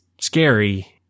scary